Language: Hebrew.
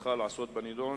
משרדך לעשות בנדון?